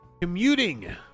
Commuting